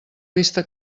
vista